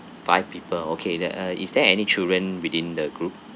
five people okay then uh is there any children within the group